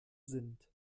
sind